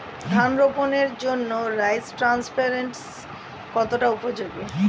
ধান রোপণের জন্য রাইস ট্রান্সপ্লান্টারস্ কতটা উপযোগী?